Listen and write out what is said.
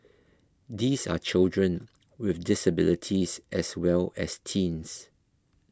these are children with disabilities as well as teens